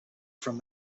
from